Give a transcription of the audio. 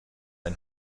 ein